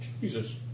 Jesus